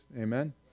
Amen